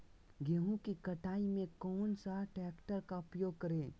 गेंहू की कटाई में कौन सा ट्रैक्टर का प्रयोग करें?